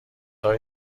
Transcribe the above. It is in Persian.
های